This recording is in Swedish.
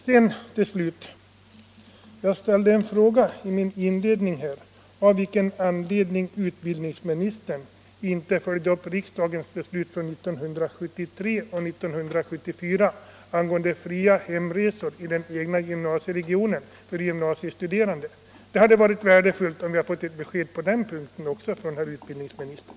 É Jag ställde en fråga i mitt inledningsanförande. Av vilken anledning följde inte utbildningsministern upp riksdagens beslut från 1973 och 1974 angående fria hemresor för gymnasiestuderande inom den egna gymnasieregionen? Det hade varit värdefullt om vi hade kunnat få ett besked på den punkten från herr utbildningsministern.